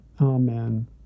Amen